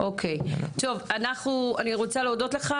אני רוצה להודות לך.